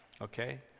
Okay